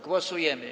Głosujemy.